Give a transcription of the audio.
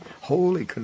Holy